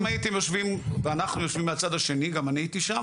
ואם הייתם יושבים או אנחנו היינו יושבים מהצד השני וגם אני הייתי שם,